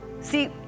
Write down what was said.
See